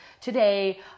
today